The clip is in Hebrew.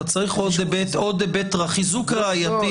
אתה צריך עוד היבט, חיזוק ראייתי.